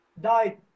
died